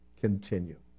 continue